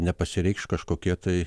nepasireikš kažkokie tai